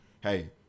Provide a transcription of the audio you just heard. Hey